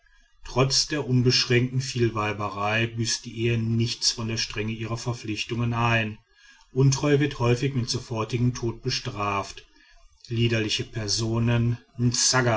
trotz der unbeschränkten vielweiberei büßt die ehe nichts von der strenge ihrer verpflichtungen ein untreue wird häufig mit sofortigem tod bestraft liederliche personen